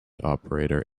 operator